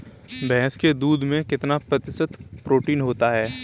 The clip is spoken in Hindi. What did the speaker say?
भैंस के दूध में कितना प्रतिशत प्रोटीन होता है?